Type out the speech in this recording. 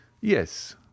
yes